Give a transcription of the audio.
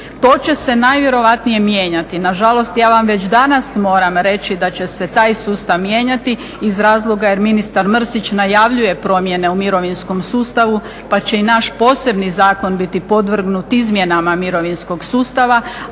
To će se najvjerojatnije mijenjati. Nažalost, ja vam već danas moram reći da će se taj sustav mijenjati iz razloga jer ministar Mrsić najavljuje promjene u mirovinskom sustavu pa će i naš posebni zakon biti podvrgnut izmjenama mirovinskog sustava,